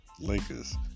Lakers